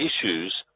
issues